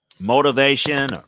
motivation